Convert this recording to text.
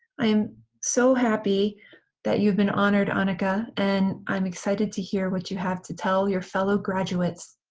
i am so happy that you've been honored annika. and i'm excited to hear what you have to tell your fellow graduates.